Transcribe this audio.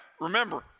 remember